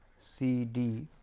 c, d